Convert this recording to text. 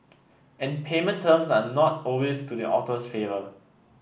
and payment terms are not always to the author's favour